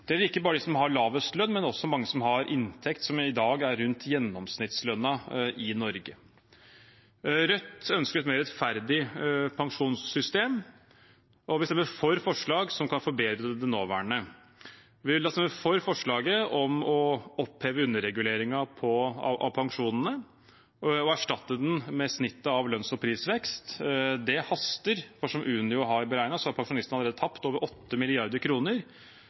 Det gjelder ikke bare dem som har lavest lønn, men også mange som i dag har en inntekt rundt gjennomsnittslønnen i Norge. Rødt ønsker et mer rettferdig pensjonssystem, og vi stemmer for forslag som kan forbedre det nåværende. Vi vil stemme for forslaget om å oppheve underreguleringen av pensjonene og erstatte den med snittet av lønns- og prisvekst. Det haster. Som Unio har beregnet, har pensjonistene allerede tapt over